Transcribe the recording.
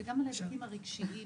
וגם על ההיבטים הרגשיים,